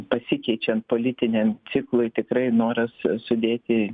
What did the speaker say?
pasikeičiant politiniam ciklui tikrai noras sudėti